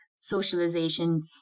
socialization